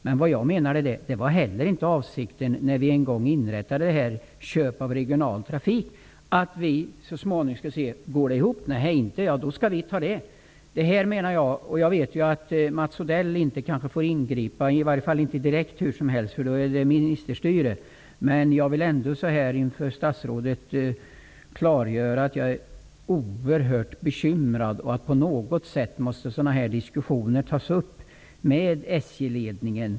Men vad jag menar är att det inte var avsikten när vi en gång inrättade köp av regional trafik att staten så småningom skulle se efter: Går det ihop? Nehej, inte det. Ja, då skall staten ta hand om det. Jag vet ju att Mats Odell inte får ingripa, i varje fall inte direkt, för då är det ministerstyre. Men jag vill ändå inför statsrådet klargöra att jag är oerhört bekymrad och att sådana här diskussioner på något sätt måste tas upp med SJ-ledningen.